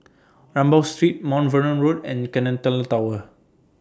Rambau Street Mount Vernon Road and Centennial Tower